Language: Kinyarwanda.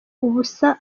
ubusa